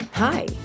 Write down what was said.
Hi